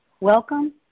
Welcome